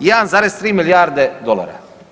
1,3 milijarde dolara.